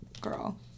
girl